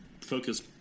focus